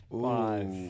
Five